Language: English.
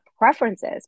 preferences